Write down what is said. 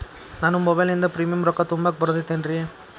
ನಾನು ಮೊಬೈಲಿನಿಂದ್ ಪ್ರೇಮಿಯಂ ರೊಕ್ಕಾ ತುಂಬಾಕ್ ಬರತೈತೇನ್ರೇ?